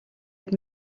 had